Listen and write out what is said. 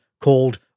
called